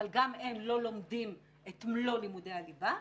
אבל גם הם לא לומדים את מלוא לימודי הליבה.